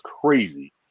crazy